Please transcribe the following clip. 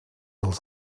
els